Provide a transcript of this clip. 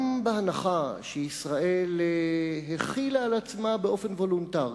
גם בהנחה שישראל החילה על עצמה באופן וולונטרי